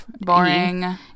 boring